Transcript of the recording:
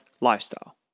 lifestyle